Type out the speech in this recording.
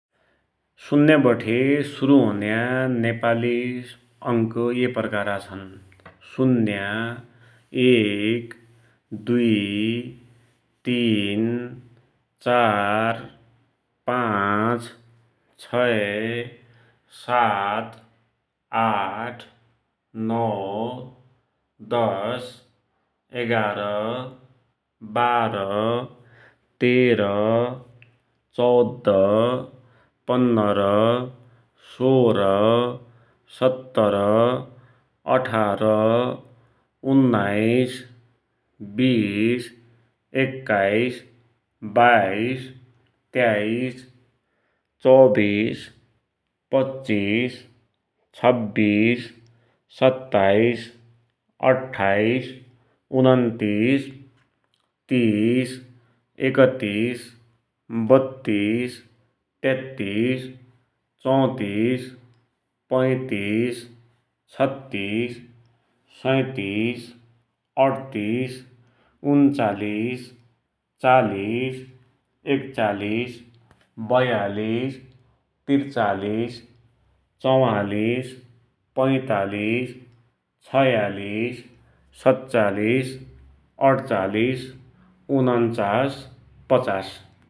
शुन्या बठे शुरु हुन्या नेपाली अंक ये प्रकारका छन्ः शुन्या, एक, दुइ, तीन, चार, पाच, छै, सात, आठ, नौ, दश, एगार, बाह्र, तेर, चौध, पन्नर, सोर, सत्तर, अठार, उन्नाइस, विश, एक्काइस, वाइस, त्याइस, चौविश, पच्चिस, छब्बिस, सत्ताइस, अठ्ठाइस, उनन्तीस, तीस, एकतिस, बत्तिस, त्यात्तसि, चौतिस, पैतिस, छत्तिस, सैतिस, अठतिस, उन्चालिस, चालिस, एकचालिस, बयालिस, त्रिचालिस, चौवालिस, पैचालिस, छयालिस, सत्चालिस, अठचालिस, उन्चालिस, पचास ।